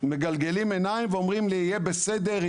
מגלגלים עיניים ואומרים "יהיה בסדר",